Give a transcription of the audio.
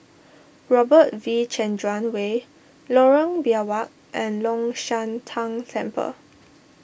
Robert V Chandran Way Lorong Biawak and Long Shan Tang Temple